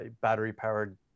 battery-powered